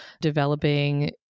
developing